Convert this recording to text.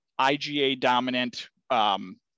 IGA-dominant